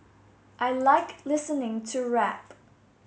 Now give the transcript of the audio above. I like listening to rap